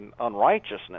unrighteousness